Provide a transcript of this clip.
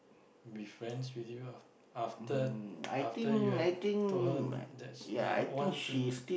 be friends with you after after you have told her that you don't want to